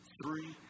three